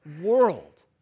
world